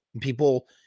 People